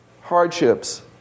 hardships